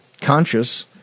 conscious